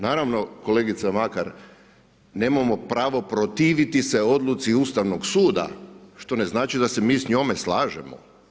Naravno, kolegice Makar, nemamo pravo protiviti se odluci Ustavnog suda, što ne znači da se mi s njome slažemo.